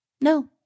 no